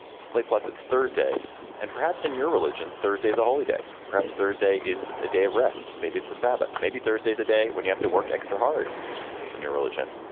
slate plus it's thursday and perhaps in your religion. thursday is a holy day, perhaps thursday is a day of rest. maybe it's the sabbath. maybe thursday is a day when you have to work extra hard and your religion,